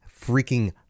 freaking